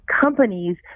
companies